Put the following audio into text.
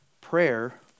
prayer